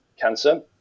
cancer